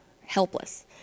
helpless